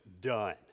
done